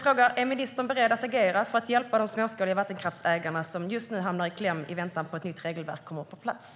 Är ministern beredd att agera för att hjälpa de ägare av småskalig vattenkraft som hamnar i kläm i väntan på att ett nytt regelverk kommer på plats?